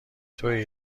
توئی